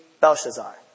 Belshazzar